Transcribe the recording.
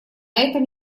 этом